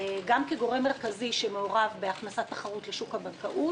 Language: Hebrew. גם כגורם מרכזי שמעורב בהכנסת תחרות לשוק הבנקאות